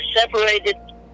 separated